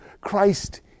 Christ